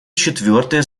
четвертое